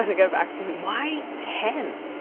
like i've asked why ten.